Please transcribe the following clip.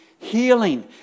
Healing